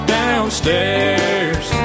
downstairs